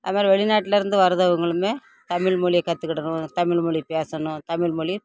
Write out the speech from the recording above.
அது மாதிரி வெளிநாட்லேருந்து வரதவங்களும் தமிழ் மொழிய கற்றுக்கிடணும் தமிழ் மொழி பேசணும் தமிழ் மொழி